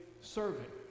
serving